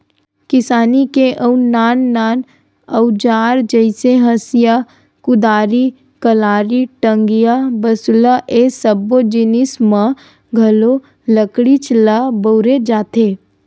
किसानी के अउ नान नान अउजार जइसे हँसिया, कुदारी, कलारी, टंगिया, बसूला ए सब्बो जिनिस म घलो लकड़ीच ल बउरे जाथे